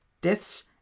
deaths